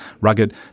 rugged